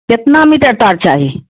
کتنا میٹر تار چاہی